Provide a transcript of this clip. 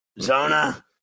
Zona